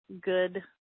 good